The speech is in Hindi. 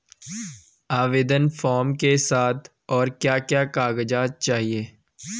आवेदन फार्म के साथ और क्या क्या कागज़ात चाहिए?